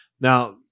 Now